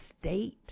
state